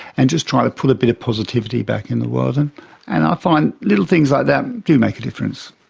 and just try to put a bit of positivity back in the world. and and i find little things like that do make a difference.